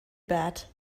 bad